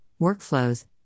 workflows